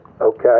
Okay